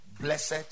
Blessed